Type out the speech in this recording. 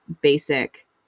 basic